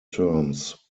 terms